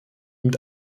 mit